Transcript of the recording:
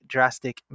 Drastic